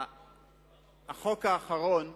החוק האחרון,